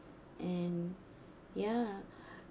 and ya